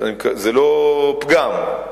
זה לא פגם.